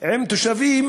תושבים